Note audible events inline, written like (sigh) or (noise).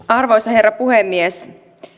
(unintelligible) arvoisa herra puhemies